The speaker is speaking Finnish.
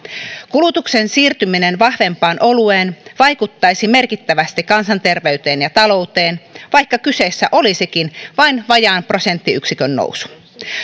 kulutuksen siirtyminen vahvempaan olueen vaikuttaisi merkittävästi kansanterveyteen ja talouteen vaikka kyseessä olisikin vain vajaan prosenttiyksikön nousu